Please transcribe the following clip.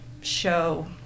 show